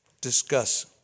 discuss